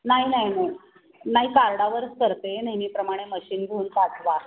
नाही नाही नाही नाही कार्डावरच करते नेहमीप्रमाणे मशीन घेऊन पाठवा